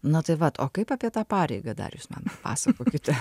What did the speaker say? na tai vat o kaip apie tą pareigą dar jūs man papasakokite